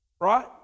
Right